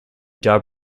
died